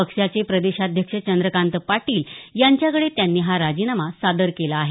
पक्षाचे प्रदेशाध्यक्ष चंद्रकांत पाटील यांच्याकडे त्यांनी हा राजीनामा सादर केला आहे